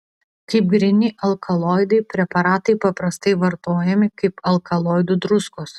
kaip gryni alkaloidai preparatai paprastai vartojami kaip alkaloidų druskos